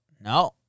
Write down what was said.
No